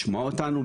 לשמוע אותנו,